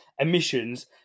emissions